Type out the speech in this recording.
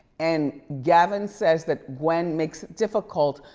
and gavin says that gwen makes it difficult,